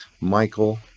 Michael